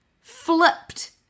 flipped